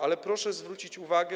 Ale proszę zwrócić uwagę.